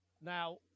Now